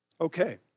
Okay